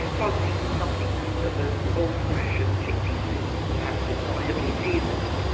fuzzy, nubbliness of the old-fashioned chickpea soup that perhaps is not heavily seasoned.